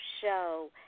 show